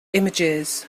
images